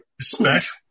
special